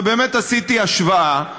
ובאמת עשיתי השוואה,